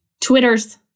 Twitters